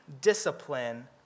discipline